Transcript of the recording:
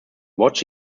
watch